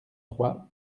trois